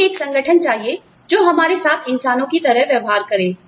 हमें एक संगठन चाहिए जो हमारे साथ इंसानों की तरह व्यवहार करें